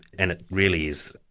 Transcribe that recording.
and it really is,